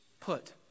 put